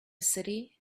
city